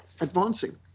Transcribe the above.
advancing